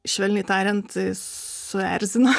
švelniai tariant suerzino